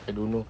I don't know